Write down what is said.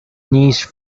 niche